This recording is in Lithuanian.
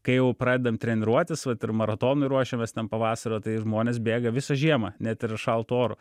kai jau pradedam treniruotis vat ir maratonui ruošiamės ten pavasario tai žmonės bėga visą žiemą net ir šaltu oru